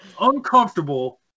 Uncomfortable